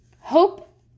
Hope